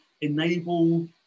enable